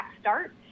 start